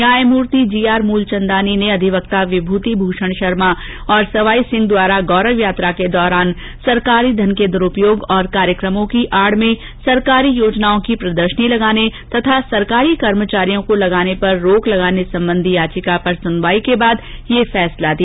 न्यायमूर्ति G R Moolchandani ने अधिवक्ता विभूति भूषण शर्मा और सवाई सिंह द्वारा गौरव यात्रा के दौरान सरकारी धन केद्रूपयोगऔर कार्यकमों की आड़ में सरकारी योजनाओं की प्रदर्शनी लगाने तथा सरकारी कर्मचारियों को लगाने पर रोक लगाने संबंधी याचिका पर सुनवाई के बाद ये फैसला दिया